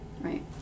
right